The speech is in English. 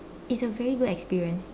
it's a very good experience